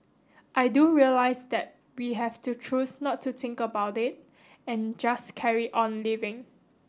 I do realize that we have to choose not to think about it and just carry on living